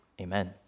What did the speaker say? Amen